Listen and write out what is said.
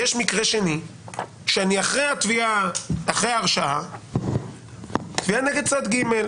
מקרה שני הוא שאחרי הרשעה תהיה תביעה נגד צד ג'